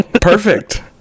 perfect